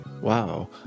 wow